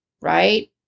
right